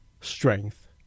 strength